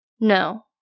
No